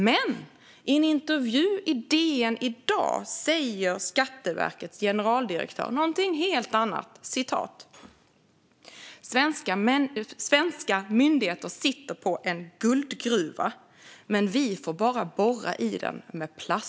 Men i en intervju i DN i dag säger Skatteverkets generaldirektör något helt annat: "Svenska myndigheter sitter på en guldgruva, men vi får bara borra i den med plaströr."